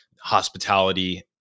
hospitality